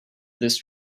this